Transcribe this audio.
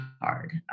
hard